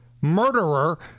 murderer